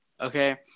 Okay